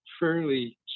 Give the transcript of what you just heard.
fairly